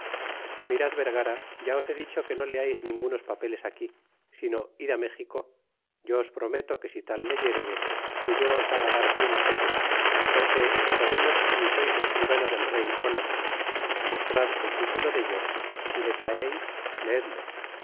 mirad vergara ya os he dicho que no leais ningunos papeles aquí sino id á méxico yo os prometo que si tal leyeredes que yo os haga dar cien azotes porque si sabemos ni sois escribano del rey ó no amostrad el titulo dello y si le traeis leedlo